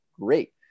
great